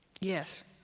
Yes